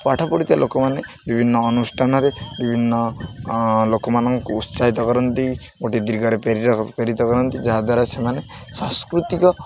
ପାଠ ପଢ଼ିଥିବା ଲୋକମାନେ ବିଭିନ୍ନ ଅନୁଷ୍ଠାନରେ ବିଭିନ୍ନ ଲୋକମାନଙ୍କୁ ଉତ୍ସାହିତ କରନ୍ତି ଗୋଟେ ଦୀର୍ଘରେ ପ୍ରେରିତ କରନ୍ତି ଯାହାଦ୍ୱାରା ସେମାନେ ସାଂସ୍କୃତିକ